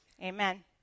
amen